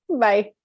Bye